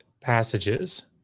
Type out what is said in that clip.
passages